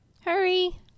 Hurry